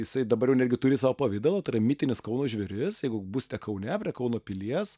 jisai dabar jau netgi turi savo pavidalą tai yra mitinis kauno žvėris jeigu būsite kaune prie kauno pilies